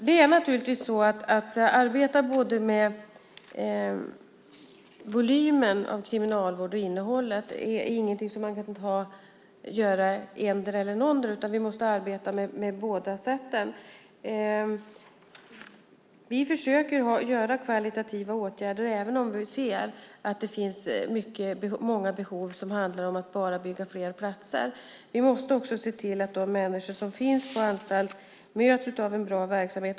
Det är naturligtvis så att arbete med volymen av kriminalvård och innehållet inte är något som man kan göra endera eller någondera, utan vi måste arbeta på båda sätten. Vi försöker vidta kvalitativa åtgärder, även om vi ser att det finns många behov som bara handlar om att bygga fler platser. Vi måste också se till att de människor som finns på anstalt möts av en bra verksamhet.